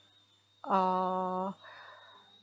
oh